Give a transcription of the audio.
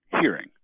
hearing